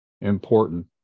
important